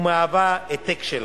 ומהווה העתק שלה.